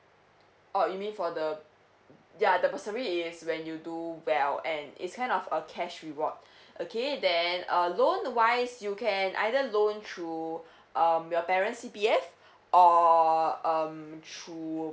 orh you mean for the ya the bursary is when you do well and is kind of a cash reward okay then uh loan wise you can either loan through um your parent's C_P_F or um through